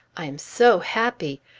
i am so happy!